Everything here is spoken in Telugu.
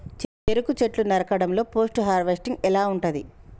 చెరుకు చెట్లు నరకడం లో పోస్ట్ హార్వెస్టింగ్ ఎలా ఉంటది?